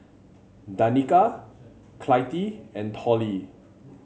Danika Clytie and Tollie